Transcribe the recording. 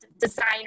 designer